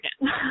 again